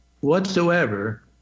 whatsoever